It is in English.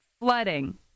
flooding